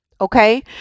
Okay